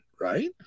right